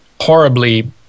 horribly